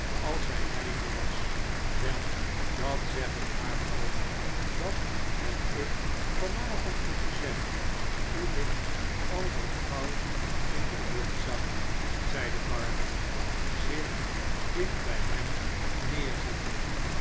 als zij rijker was wel dat zeg ik haar ook dat heb ik van avond nog gezegd toen ik al dat goud in de lucht zag zeide barnaby zich dicht bij hem neerzettende